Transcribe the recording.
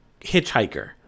hitchhiker